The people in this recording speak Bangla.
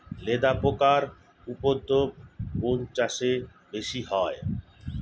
লেদা পোকার উপদ্রব কোন চাষে বেশি হয়?